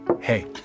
Hey